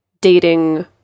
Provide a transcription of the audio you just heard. dating